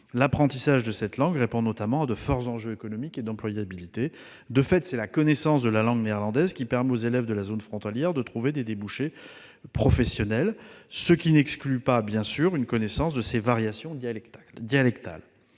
L'apprentissage de cette langue répond notamment à de forts enjeux économiques et d'employabilité. De fait, c'est la connaissance de la langue néerlandaise qui permet aux élèves de la zone frontalière de trouver des débouchés professionnels, ce qui n'exclut pas, bien sûr, une connaissance de ses variations dialectales.